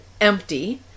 empty